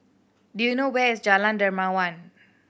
do you know where is Jalan Dermawan